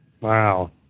Wow